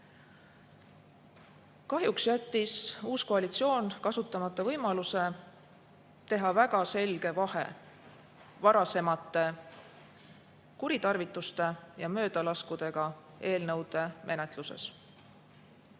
Kahjuks jättis uus koalitsioon kasutamata võimaluse tõmmata joon vahele varasemate kuritarvituste ja möödalaskmistega eelnõude menetluses.